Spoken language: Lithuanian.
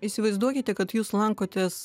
įsivaizduokite kad jūs lankotės